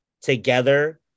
together